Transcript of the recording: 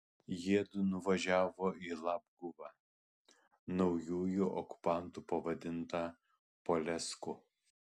jiedu nuvažiavo į labguvą naujųjų okupantų pavadintą polesku